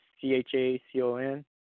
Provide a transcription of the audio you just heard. C-H-A-C-O-N